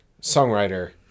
songwriter